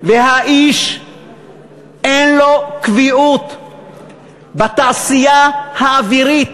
והאיש אין לו קביעות בתעשייה האווירית,